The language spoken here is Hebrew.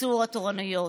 וקיצור התורנויות".